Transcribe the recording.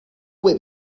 with